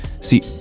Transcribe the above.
See